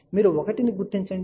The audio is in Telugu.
మీరు 1 ను గుర్తించండి